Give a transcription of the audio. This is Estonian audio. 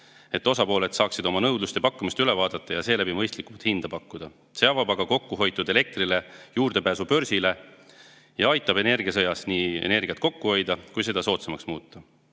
et osapooled saaksid oma nõudluse ja pakkumise üle vaadata ning seeläbi mõistlikumat hinda pakkuda. See avab kokkuhoitud elektrile juurdepääsu börsile ja aitab energiasõjas nii energiat kokku hoida kui ka selle [hinda] soodsamaks muuta.